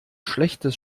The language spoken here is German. schlechtes